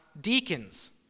deacons